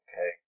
Okay